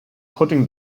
putting